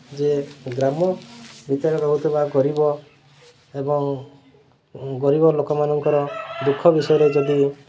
ଯେ ଗ୍ରାମ ଭିତରେ ରହୁଥିବା ଗରିବ ଏବଂ ଗରିବ ଲୋକମାନଙ୍କର ଦୁଃଖ ବିଷୟରେ ଯଦି